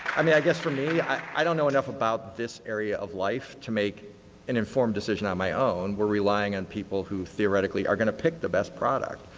i mean, i guess for me, i don't know enough about this area of life to make an informed decision on my own. we are relying on people who theoretically are going to pick the best product.